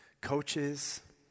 coaches